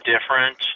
different